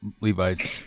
Levi's